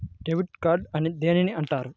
Debit card అని దేనిని అంటారు?